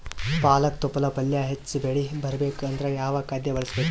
ಪಾಲಕ ತೊಪಲ ಪಲ್ಯ ಹೆಚ್ಚ ಬೆಳಿ ಬರಬೇಕು ಅಂದರ ಯಾವ ಖಾದ್ಯ ಬಳಸಬೇಕು?